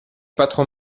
patron